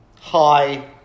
Hi